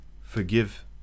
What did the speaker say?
forgive